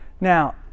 Now